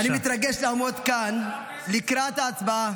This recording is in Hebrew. אני מתרגש לעמוד כאן לקראת ההצבעה